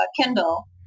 Kindle